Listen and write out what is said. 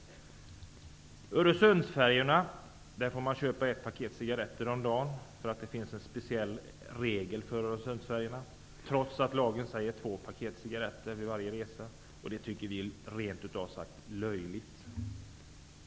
På Öresundsfärjorna får man köpa ett paket cigarretter om dagen, därför att det finns en speciell regel som gäller för Öresundsfärjorna, trots att det i lagen tillåts två paket per resa. Det tycker vi i Ny demokrati rent ut sagt är löjligt.